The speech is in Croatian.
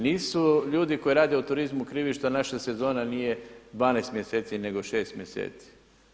Nisu ljudi koji rade u turizmu krivi što naša sezona nije 12 mjeseci, nego 6 mjeseci.